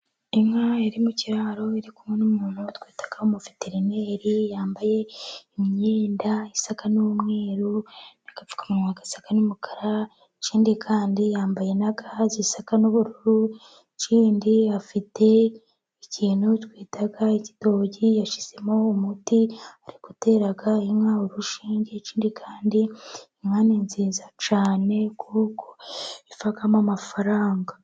Inka iri mu kiraro iri kumwe n'umuntu twita umuveterineri, yambaye imyenda isa n'umweru, agapfukamuwa gasa n'umukara ,ikindi kandi yambaye na ga zisa n'ubururu, ikindi afite ikintu twita igitogi yashyizemo umuti ,ari gutera inka urushinge, ikindi kandi, inka ni nziza cyane kuko ivamo amafaranga.